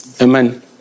Amen